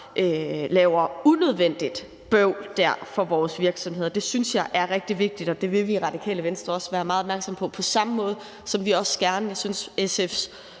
laver unødvendigt bøvl der for vores virksomheder. Det synes jeg er rigtig vigtigt, og det vil vi i Radikale Venstre også være meget opmærksomme på. SF's ordfører gav også nogle meget fine